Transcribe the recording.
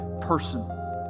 person